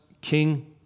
king